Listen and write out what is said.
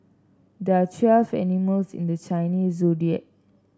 there are twelve animals in the Chinese Zodiac